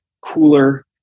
cooler